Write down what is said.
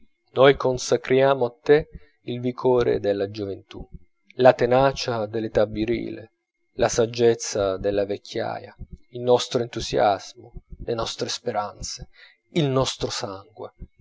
noi consacriamo a te il vigore della gioventù la tenacia dell'età virile la saggezza della vecchiaia il nostro entusiasmo le nostre speranze il nostro sangue